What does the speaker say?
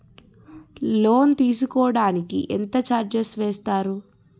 Loan తీసుకోడానికి ఎంత charges వేస్తారు?